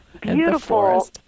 beautiful